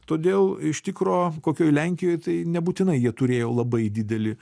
todėl iš tikro kokioj lenkijoj tai nebūtinai jie turėjo labai didelį